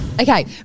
Okay